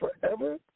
forever